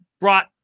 brought